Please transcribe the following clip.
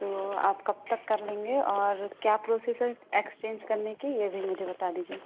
तो आप कब तक कर लेंगे और क्या प्रोसीज़र एक्सचेंज करने की ये भी मुझे बता दीजिए